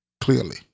clearly